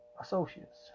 associates